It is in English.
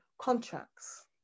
contracts